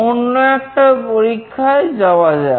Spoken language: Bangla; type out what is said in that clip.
অন্য একটা পরীক্ষায় যাওয়া যাক